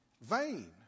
vain